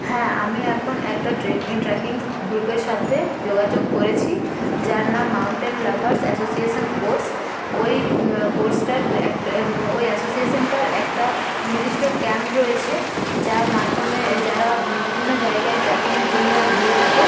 হ্যাঁ আমি এখন একটা ট্রেক ট্রেকিংস গ্রুপের সাথে যোগাযোগ করেছি যার নাম মাউন্টেন লাভারস অ্যাসোসিয়েশান কোর্স ওই কোর্সটার একটা ওই অ্যাসোসিয়েশানটার একটা নির্দিষ্ট ক্যাম্প রয়েছে যার মাধ্যমে যারা বিভিন্ন জায়গায় ট্রেকিংয়ের জন্য গিয়ে থাকে